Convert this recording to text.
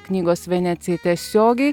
knygos venecija tiesiogiai